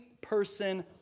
person